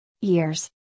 years